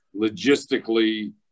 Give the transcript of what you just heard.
logistically